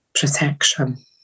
Protection